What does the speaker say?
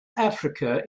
africa